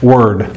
Word